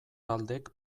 taldek